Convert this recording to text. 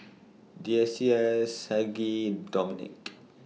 Deasia Saige Dominic